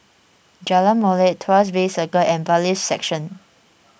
Jalan Molek Tuas Bay Circle and Bailiffs' Section